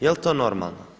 Je li to normalno?